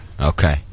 Okay